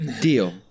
Deal